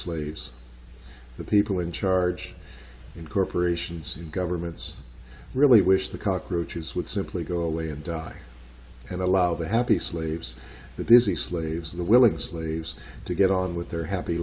slaves the people in charge and corporations and governments really wish the cockroaches would simply go away and die and allow the happy slaves the busy slaves of the willing slaves to get on with their happy